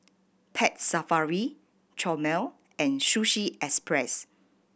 Pets Safari Chomel and Sushi Express